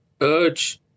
urge